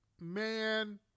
man